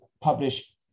publish